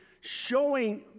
showing